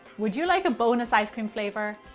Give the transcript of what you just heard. would you like a bonus ice cream flavor?